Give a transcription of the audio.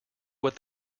what